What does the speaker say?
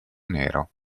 nero